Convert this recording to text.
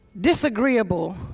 disagreeable